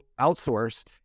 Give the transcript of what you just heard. outsource